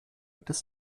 des